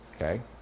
okay